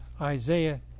Isaiah